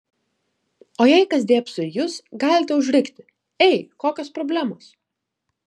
o jei kas dėbso į jus galite užrikti ei kokios problemos